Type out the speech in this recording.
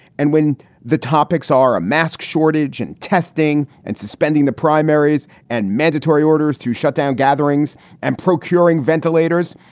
and when the topics are a mask shortage and testing and suspending the primaries and mandatory orders to shut down gatherings and procuring ventilators,